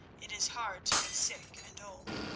it is hard to be sick and old.